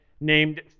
named